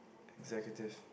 executive